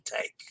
take